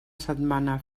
setmana